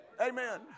Amen